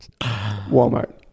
Walmart